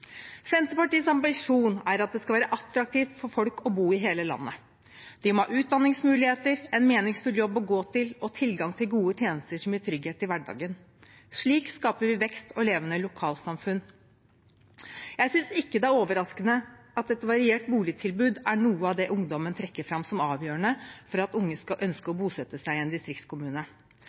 Senterpartiets ambisjon er at det skal være attraktivt for folk å bo i hele landet. De må ha utdanningsmuligheter, en meningsfull jobb å gå til og tilgang til gode tjenester som gir trygghet i hverdagen. Slik skaper vi vekst og levende lokalsamfunn. Jeg synes ikke det er overraskende at et variert boligtilbud er noe av det ungdommen trekker fram som avgjørende for at unge skal ønske å bosette seg i en distriktskommune.